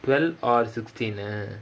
twelve or sixteen